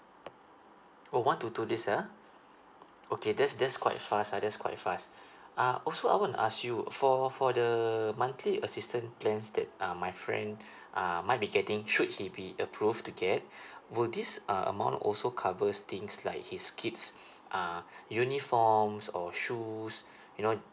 oh one to two days ah okay that's that's quite fast ah that's quite fast uh also I want to ask you for for the monthly assistance plans that uh my friend uh might be getting should he be approved to get will this uh amount also covers things like his kids uh uniforms or shoes you know